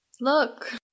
Look